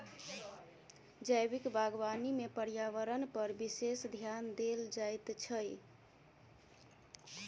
जैविक बागवानी मे पर्यावरणपर विशेष ध्यान देल जाइत छै